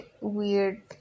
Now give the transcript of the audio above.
weird